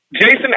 Jason